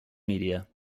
media